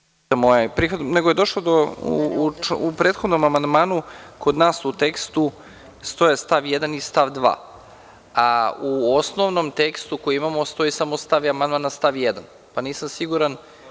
Prihvata se, nego je došlo u prethodnom amandmanu kod nas u tekstu stoje stav 1. i stav 2, a u osnovnom tekstu koji imamo stoji samo amandman na stav 1, pa nisam siguran.